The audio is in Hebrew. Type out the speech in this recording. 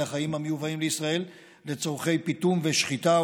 החיים המיובאים לישראל לצורכי פיטום ושחיטה,